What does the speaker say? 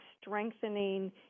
strengthening